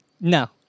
No